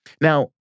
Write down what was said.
Now